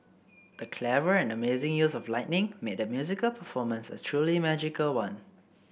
the clever and amazing use of lighting made the musical performance a truly magical one